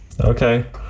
Okay